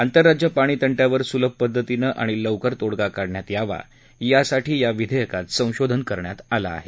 आंतरराज्य पाणी तंट्यावर सुलभ पद्धतीनं आणि लवकर तोडगा काढण्यात यावा यासाठी या विधेयकात संशोधन करण्यात आलं आहे